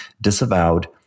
disavowed